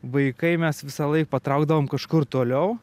vaikai mes visąlaik patraukdavom kažkur toliau